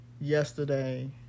yesterday